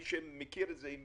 מי שמכיר את זה,